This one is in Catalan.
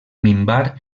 minvar